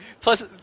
plus